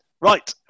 Right